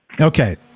Okay